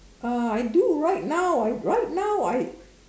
uh I do right now right now I